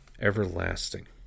everlasting